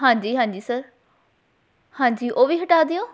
ਹਾਂਜੀ ਹਾਂਜੀ ਸਰ ਹਾਂਜੀ ਉਹ ਵੀ ਹਟਾ ਦਿਓ